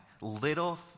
little